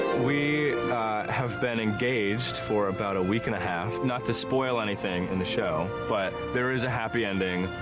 we have been engaged for about a week and a half, not to spoil anything in the show. but there is a happy ending.